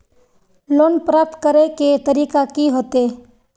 Loan प्राप्त करे के तरीका की होते?